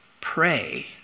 pray